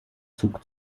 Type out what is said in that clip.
zug